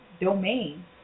domain